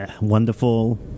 Wonderful